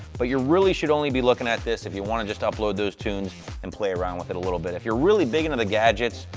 but you really should only be looking at this if you want to just upload those tunes and play around with it a little bit. if you're really big into the gadgets,